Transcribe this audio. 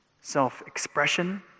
self-expression